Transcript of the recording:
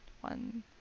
one